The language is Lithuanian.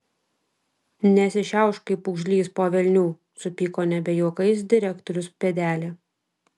nesišiaušk kaip pūgžlys po velnių supyko nebe juokais direktorius pėdelė